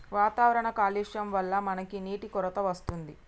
వాతావరణ కాలుష్యం వళ్ల మనకి నీటి కొరత వస్తుంది